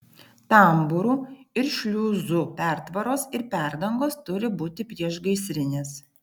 tambūrų ir šliuzų pertvaros ir perdangos turi būti priešgaisrinės